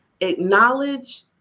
Acknowledge